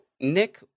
Nick